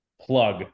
plug